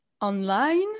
online